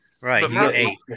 Right